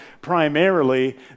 primarily